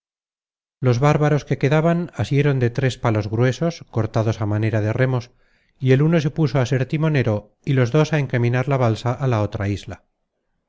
los bárbaros que quedaban asieron de tres palos gruesos cortados á manera de remos y el uno se puso á ser timonero y los dos á encaminar la balsa á la otra isla